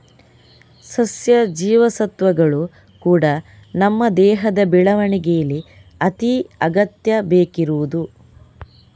ಸಸ್ಯ ಜೀವಸತ್ವಗಳು ಕೂಡಾ ನಮ್ಮ ದೇಹದ ಬೆಳವಣಿಗೇಲಿ ಅತಿ ಅಗತ್ಯ ಬೇಕಿರುದು